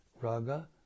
Raga